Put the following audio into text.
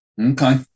Okay